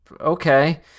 okay